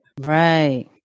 Right